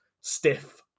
stiff